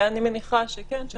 אני מניחה שכן.